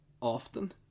Often